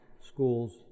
schools